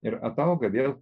ir atauga vėl